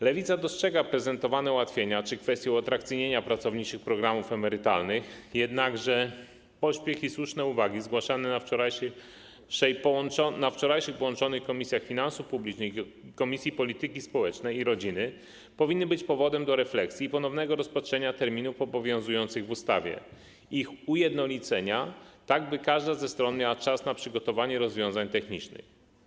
Lewica dostrzega prezentowane ułatwienia czy kwestie uatrakcyjnienia pracowniczych programów emerytalnych, jednakże pośpiech i słuszne uwagi zgłaszane na wczorajszym posiedzeniu połączonych Komisji Finansów Publicznych i Komisji Polityki Społecznej i Rodziny powinny być powodem do refleksji i ponownego rozpatrzenia terminów obowiązujących w ustawie, ich ujednolicenia, tak by każda ze stron miała czas na przygotowanie rozwiązań technicznych.